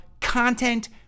content